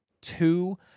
two